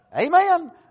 Amen